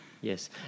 Yes